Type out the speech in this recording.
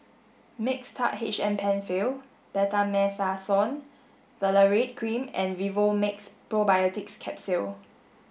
Mixtard H M Penfill Betamethasone Valerate Cream and Vivomixx Probiotics Capsule